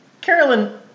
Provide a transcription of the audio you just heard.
Carolyn